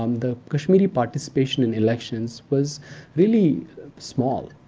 um the kashmiri participation in elections was really small.